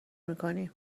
میکنیم